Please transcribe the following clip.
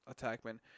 attackmen